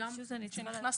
אני אענה